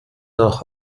nach